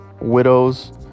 widows